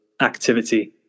activity